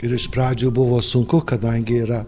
ir iš pradžių buvo sunku kadangi yra